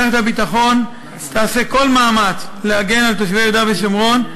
מערכת הביטחון תעשה כל מאמץ להגן על תושבי יהודה ושומרון,